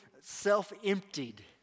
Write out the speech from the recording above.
self-emptied